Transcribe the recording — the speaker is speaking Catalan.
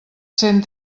cent